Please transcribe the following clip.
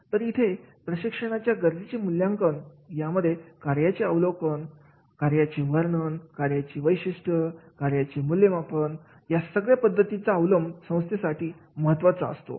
तर इथे प्रशिक्षणाच्या या गरजेचे मूल्यांकन यामध्ये कार्याचे अवलोकन कार्याचे वर्णन कार्याची वैशिष्ट्ये कार्याचे मूल्यमापन या सगळ्या पद्धतीचा अवलंब संस्थेसाठी महत्त्वाचा असतो